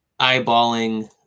eyeballing